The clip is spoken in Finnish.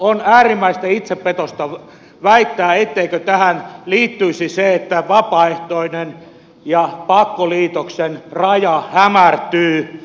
on äärimmäistä itsepetosta väittää etteikö tähän liittyisi se että vapaaehtoisen ja pakkoliitoksen raja hämärtyy